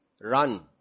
Run